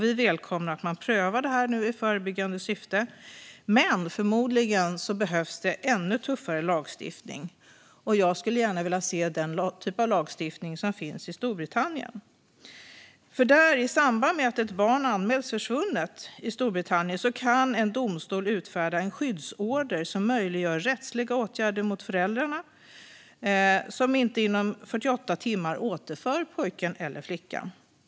Vi välkomnar att man prövar det i förebyggande syfte. Men förmodligen behövs det ännu tuffare lagstiftning. Jag skulle gärna se den typ av lagstiftning som finns i Storbritannien. I samband med att ett barn anmäls försvunnet i Storbritannien kan en domstol utfärda en skyddsorder som möjliggör rättsliga åtgärder mot föräldrar som inte inom 48 timmar återför pojken eller flickan.